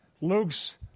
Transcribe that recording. Luke's